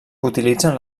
utilitzen